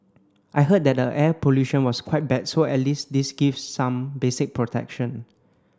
I heard that the air pollution was quite bad so at least this gives some basic protection